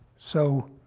so